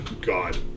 God